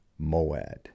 Moad